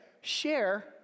Share